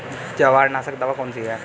जवार नाशक दवा कौन सी है?